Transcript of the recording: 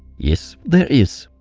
yes, there is.